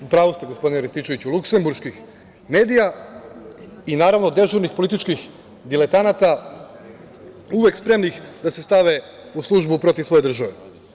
U pravu ste, gospodine Rističeviću, luksemburških medija i naravno, dežurnih političkih diletanata, uvek spremnih da se stave u službu protiv svoje države.